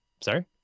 Sorry